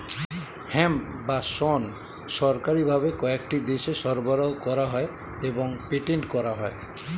hemp বা শণ সরকারি ভাবে কয়েকটি দেশে সরবরাহ করা হয় এবং পেটেন্ট করা হয়